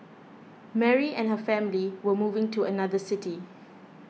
Mary and her family were moving to another city